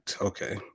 okay